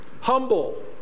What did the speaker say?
humble